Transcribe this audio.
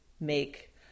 make